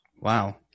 Wow